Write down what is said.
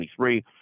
2023